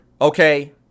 okay